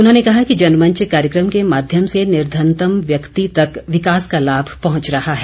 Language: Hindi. उन्होंने कहा कि जनमंच कार्यक्रम के माध्यम से निर्धनतम व्यक्ति तक विकास का लाम पहुंच रहा है